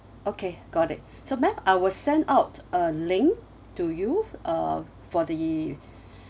okay got it so ma'am I will send out a link to you err for the